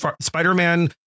Spider-Man